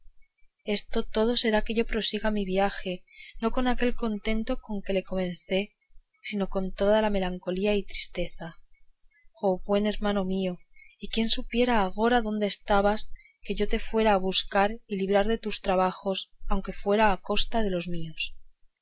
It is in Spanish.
esto todo será que yo prosiga mi viaje no con aquel contento con que le comencé sino con toda melancolía y tristeza oh buen hermano mío y quién supiera agora dónde estabas que yo te fuera a buscar y a librar de tus trabajos aunque fuera a costa de los míos